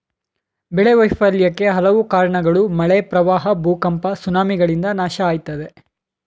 ಬೆಳೆ ವೈಫಲ್ಯಕ್ಕೆ ಹಲವು ಕಾರ್ಣಗಳು ಮಳೆ ಪ್ರವಾಹ ಭೂಕಂಪ ಸುನಾಮಿಗಳಿಂದ ನಾಶ ಆಯ್ತದೆ